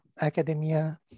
academia